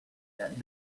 that